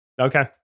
Okay